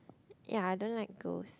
ya I don't like ghosts